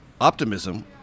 optimism